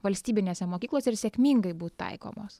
valstybinėse mokyklose ir sėkmingai būti taikomos